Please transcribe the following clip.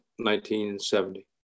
1970